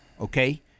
okay